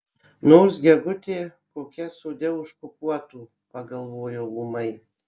nors gegutė kokia sode užkukuotų pagalvojau ūmai